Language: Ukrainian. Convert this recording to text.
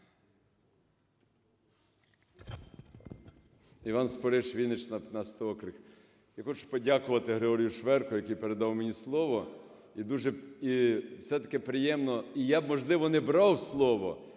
Іван Спориш, Вінниччина, 15 округ. Я хочу подякувати Григорію Шверку, який передав мені слово. І все-таки приємно… І я б, можливо, не брав слово,